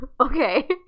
Okay